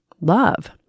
love